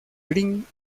green